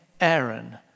Aaron